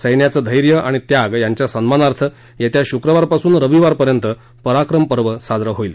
सैन्याचं धैर्य आणि त्याग यांच्या सन्मानार्थ येत्या शुक्रवारपासून रविवारपर्यंत पराक्रमपर्व साजरं होईल